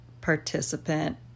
participant